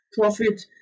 profit